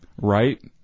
right